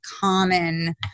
common